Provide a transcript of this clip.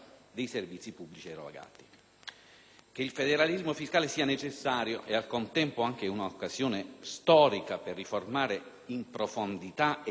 Che il federalismo fiscale sia necessario e, al contempo, anche un'occasione storica per riformare in profondità e in meglio gli assetti del Paese